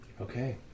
Okay